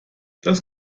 das